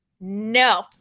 No